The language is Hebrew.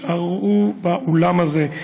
שנשארו באולם הזה.